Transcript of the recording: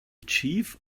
chief